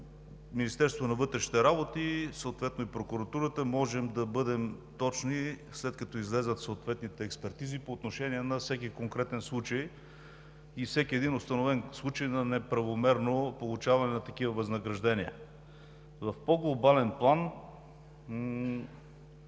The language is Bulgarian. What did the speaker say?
Министерството на вътрешните работи, съответно и прокуратурата, можем да бъдем точни, след като излязат съответните експертизи по отношение на всеки конкретен случай и всеки един установен случай на неправомерно получаване на такива възнаграждения. В по-глобален план